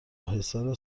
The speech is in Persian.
حصار